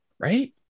right